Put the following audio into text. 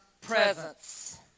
presence